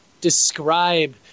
describe